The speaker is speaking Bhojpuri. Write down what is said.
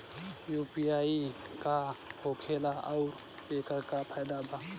यू.पी.आई का होखेला आउर एकर का फायदा बा?